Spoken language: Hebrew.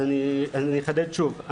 אז אני אחדד שוב,